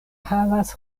havas